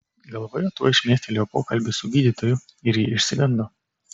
galvoje tuoj šmėstelėjo pokalbis su gydytoju ir ji išsigando